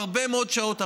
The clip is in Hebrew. בהרבה מאוד שעות,